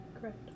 Correct